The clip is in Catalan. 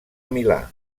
milà